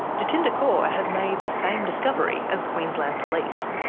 jatinder kaur has made the same discovery as queensland police,